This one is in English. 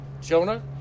Jonah